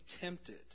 tempted